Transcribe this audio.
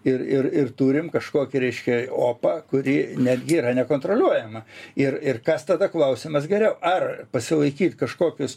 ir ir ir turim kažkokį reiškia opą kuri netgi yra nekontroliuojama ir ir kas tada klausimas geriau ar pasilaikyt kažkokius